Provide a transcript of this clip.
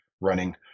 running